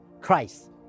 Christ